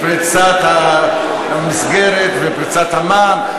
פריצת המסגרת ופריצת המע"מ.